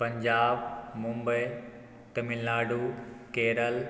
Punjab Mumbai Tamil Nadu Kerala